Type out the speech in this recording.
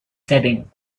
setting